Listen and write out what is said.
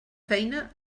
feina